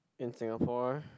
in Singapore